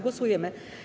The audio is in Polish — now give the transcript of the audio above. Głosujemy.